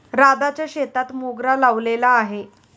राधाच्या शेतात मोगरा लावलेला आहे